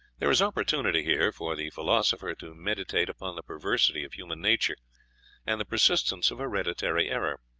there is opportunity here for the philosopher to meditate upon the perversity of human nature and the persistence of hereditary error.